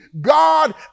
God